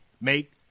make